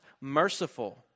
merciful